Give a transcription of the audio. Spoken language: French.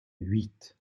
huit